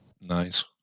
nice